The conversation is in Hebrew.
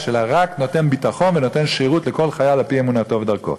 אלא רק נותן ביטחון ונותן שירות לכל חייל על-פי אמונתו ודרכו.